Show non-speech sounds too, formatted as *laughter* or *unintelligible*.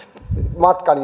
matkan *unintelligible*